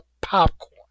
popcorn